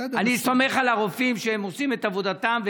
אני סומך על הרופאים שהם עושים את עבודתם,